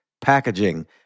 packaging